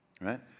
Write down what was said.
Right